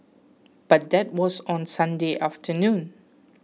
but that was on Sunday afternoon